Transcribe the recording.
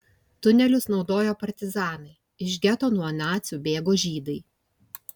tunelius naudojo partizanai iš geto nuo nacių bėgo žydai